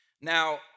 Now